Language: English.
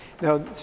Now